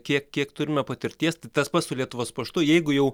kiek kiek turime patirties tai tas pats su lietuvos paštu jeigu jau